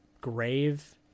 grave